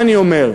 מה אני אומר?